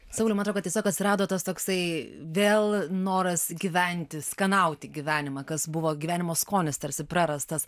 sauliau man atrodo kad tiesiog atsirado tas toksai vėl noras gyventi skanauti gyvenimą kas buvo gyvenimo skonis tarsi prarastas